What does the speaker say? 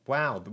Wow